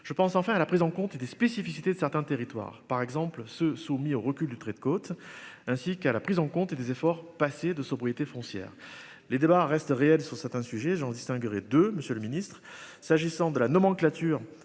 je pense enfin à la prise en compte des spécificités de certains territoires par exemple ceux soumis au recul du trait de côte, ainsi qu'à la prise en compte et les efforts passés de sobriété foncière les débats restent réelles sur certains sujets Jean distinguerait de Monsieur le Ministre. S'agissant de la nomenclature